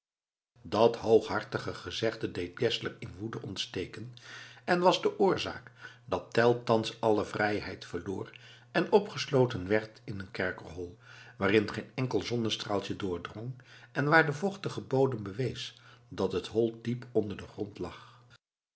dat hooghartige gezegde deed geszler in woede ontsteken en was oorzaak dat tell thans alle vrijheid verloor en opgesloten werd in een kerkerhol waarin geen enkel zonnestraaltje doordrong en waar de vochtige bodem bewees dat het hol diep onder den grond lag